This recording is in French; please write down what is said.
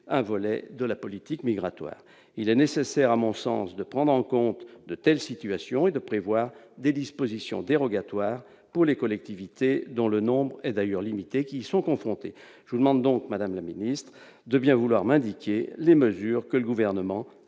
un volet de la politique migratoire. Il est nécessaire, à mon sens, de prendre en compte de telles situations et de prévoir des dispositions dérogatoires pour les collectivités, dont le nombre est d'ailleurs limité, qui y sont confrontées. Je vous demande donc, madame la ministre, de bien vouloir m'indiquer les mesures que le Gouvernement